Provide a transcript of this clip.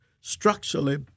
structurally